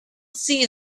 see